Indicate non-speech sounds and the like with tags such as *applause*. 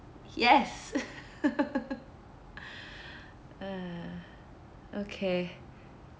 yes *laughs* uh okay